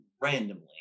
randomly